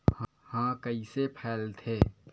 ह कइसे फैलथे?